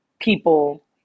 people